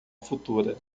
futura